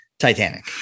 Titanic